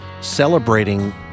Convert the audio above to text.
Celebrating